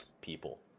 people